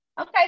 Okay